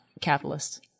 capitalists